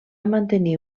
mantenir